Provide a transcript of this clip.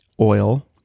oil